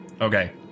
Okay